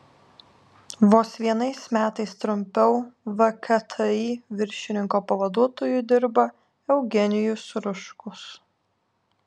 vos vienais metais trumpiau vkti viršininko pavaduotoju dirba eugenijus ruškus